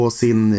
sin